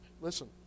Listen